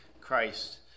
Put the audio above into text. Christ